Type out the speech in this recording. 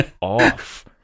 off